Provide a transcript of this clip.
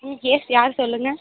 ம் எஸ் யார் சொல்லுங்கள்